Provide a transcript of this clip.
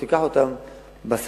ייקח אותן מהסטנוגרמה,